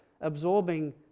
absorbing